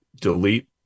delete